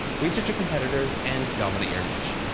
research your competitors and dominate your niche.